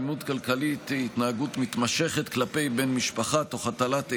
אלימות כלכלית היא התנהגות מתמשכת כלפי בן משפחה תוך הטלת אימה,